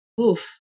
oof